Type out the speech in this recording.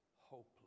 hopeless